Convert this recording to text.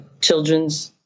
children's